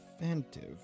inventive